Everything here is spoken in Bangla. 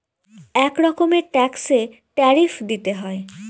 এক রকমের ট্যাক্সে ট্যারিফ দিতে হয়